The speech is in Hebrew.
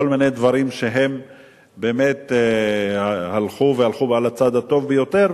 מיני דברים שהם באמת הלכו על הצד הטוב ביותר,